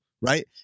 right